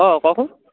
অঁ কওকচোন